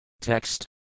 Text